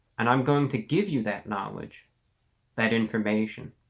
and i'm going to give you that knowledge that information